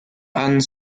anne